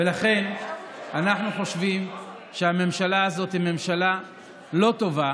ולכן אנחנו חושבים שהממשלה הזאת היא ממשלה לא טובה